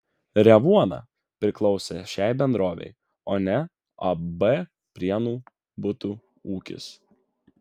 revuona priklausė šiai bendrovei o ne ab prienų butų ūkis